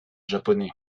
japonais